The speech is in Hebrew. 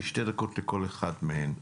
כל אחד עובד בפני עצמו,